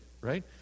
right